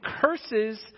curses